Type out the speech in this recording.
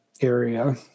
area